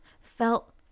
felt